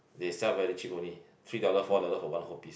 they sell very cheap only three dollar four dollar for one whole piece